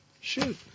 Shoot